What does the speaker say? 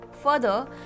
Further